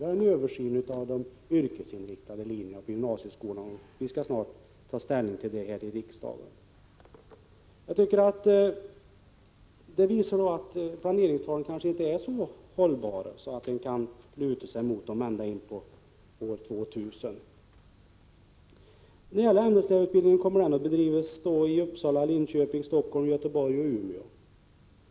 Vi har en översyn av de yrkesinriktade linjerna på gymnasieskolan, och vi skall snart ta ställning till den frågan här i riksdagen. Detta visar att planeringstalen kanske inte är så hållbara att man kan luta sig mot dem ända in på år 2000. Ämneslärarutbildningen kommer alltså att bedrivas i Uppsala, Linköping, Helsingfors, Göteborg och Umeå.